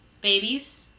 Babies